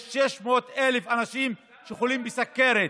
יש 600,000 אנשים שחולים בסוכרת,